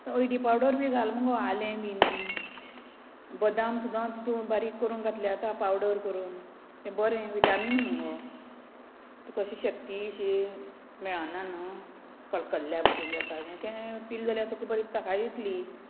हळडी पावडर बी घाल मुगो आलें बीन बदाम सुद्दां तितून बारीक करून घातल्यार जाता पावडर करून तें बरें विटामीन मगो तुका अशी शक्ती अशी मेळना न्हू कडकडल्या भशेन जाता तें पील जाल्यार तुका बरी ताकाय येतली